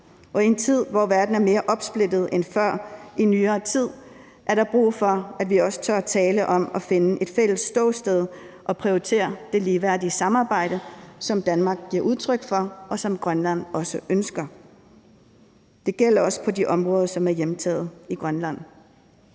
Og i en tid, hvor verden er mere opsplittet end før i nyere tid, er der brug for, at vi også tør tale om at finde et fælles ståsted og prioritere det ligeværdige samarbejde, som Danmark giver udtryk for, og som Grønland også ønsker. Det gælder også på de områder, som er hjemtaget i Grønland.